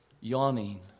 yawning